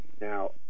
Now